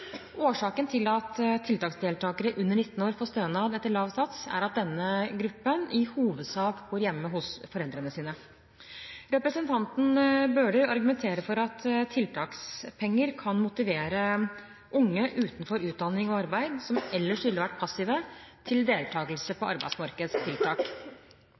Årsaken til at tiltaksdeltakere under 19 år får stønad etter lav sats, er at denne gruppen i hovedsak bor hjemme hos foreldrene sine. Representanten Bøhler argumenterer for at tiltakspenger kan motivere unge utenfor utdanning og arbeid, som ellers ville vært passive, til deltakelse